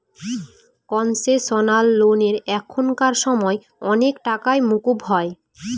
concessional লোনে এখানকার সময় অনেক টাকাই মকুব হয়